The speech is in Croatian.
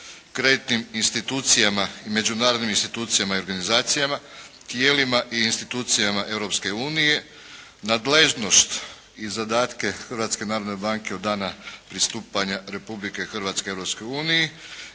kreditnim institucijama i međunarodnim institucijama i organizacijama, tijelima i institucijama Europske unije, nadležnost i zadatke Hrvatske narodne banke od dana pristupanja Republike